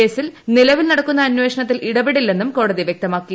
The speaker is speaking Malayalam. കേസിൽ നിലവിൽ നടക്കുന്ന അന്വേഷണത്തിൽ ഇടപെടില്ലെന്നും കോടതി വൃക്തമാക്കി